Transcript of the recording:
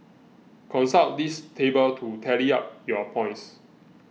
consult this table to tally up your points